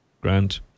Grand